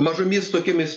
mažomis tokiomis